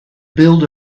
build